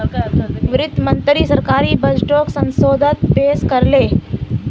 वित्त मंत्री सरकारी बजटोक संसदोत पेश कर ले